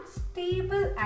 stable